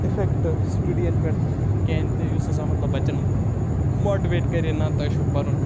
effect سٹَڈِیَن پٮ۪ٹھ کِہیٖنۍ تہِ یُس ہسا مطلب بَچَن ماٹِویٹ کَرِہے نا تۄہہِ چھُو پَرُن